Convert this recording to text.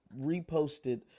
reposted